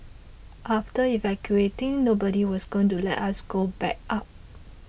after evacuating nobody was going to let us go back up